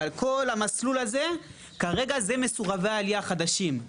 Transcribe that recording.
אבל כל המסלול הזה כרגע זה מסורבי עלייה חדשים.